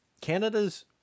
canada's